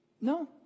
No